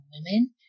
women